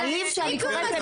מה זה הסיפור הזה?